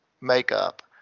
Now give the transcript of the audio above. makeup